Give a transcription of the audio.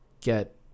get